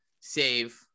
save